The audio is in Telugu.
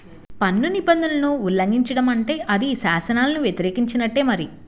పన్ను నిబంధనలను ఉల్లంఘించడం అంటే అది శాసనాలను వ్యతిరేకించినట్టే మరి